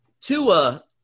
Tua